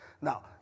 Now